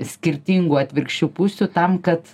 skirtingų atvirkščių pusių tam kad